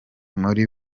muri